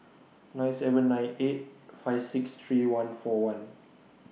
nine seven nine eight five six three one four one